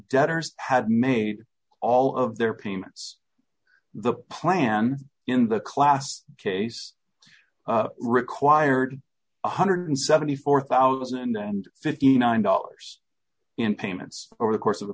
debtors had made all of their payments the plan in the class case required one hundred and seventy four thousand and fifty nine dollars in payments over the course of the